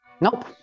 Nope